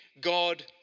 God